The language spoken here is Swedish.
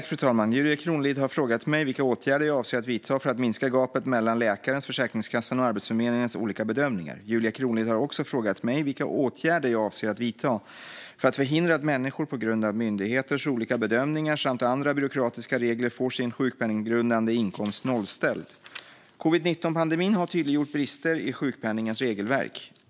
Fru talman! har frågat mig vilka åtgärder jag avser att vidta för att minska gapet mellan läkarens, Försäkringskassans och Arbetsförmedlingens olika bedömningar. Julia Kronlid har också frågat mig vilka åtgärder jag avser att vidta för att förhindra att människor på grund av myndigheters olika bedömningar samt andra byråkratiska regler får sin sjukpenninggrundade inkomst nollställd. Covid-19-pandemin har tydliggjort brister i sjukpenningens regelverk.